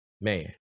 Man